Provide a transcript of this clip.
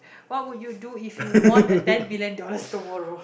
what would you do if you won a ten million dollars tomorrow